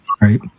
right